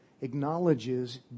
acknowledges